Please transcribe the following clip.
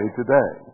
today